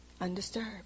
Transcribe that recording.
Undisturbed